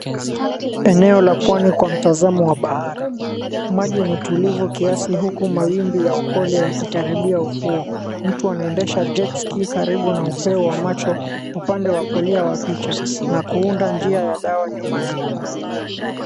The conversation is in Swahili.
Eneo la pwani kwa mtazamo wa bahari maji ni tulivu kiasi huku mwawimbi ya upole yaki karibia ufuo mtu anaendesha, Jet Ski karibu an upeo wa macho upande wa kulia wa picha na kuunda njiaya dawa nyuma yao.